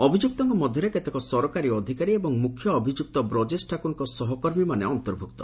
ଅଭିଯୁକ୍ତଙ୍କ ମଧ୍ୟରେ କେତେକ ସରକାରୀ ଅଧିକାରୀ ଏବଂ ମୁଖ୍ୟଅଭିଯୁକ୍ତ ବ୍ରଜେଶ ଠାକୁରଙ୍କ ସହକର୍ମୀମାନେ ମଧ୍ୟ ଅନ୍ତର୍ଭୁକ୍ତ